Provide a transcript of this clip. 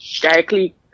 directly